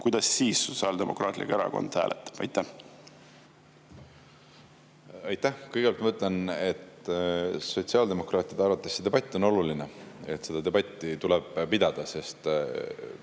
kuidas siis Sotsiaaldemokraatlik Erakond hääletab? Aitäh! Kõigepealt ma ütlen, et sotsiaaldemokraatide arvates see debatt on oluline. Seda debatti tuleb pidada, sest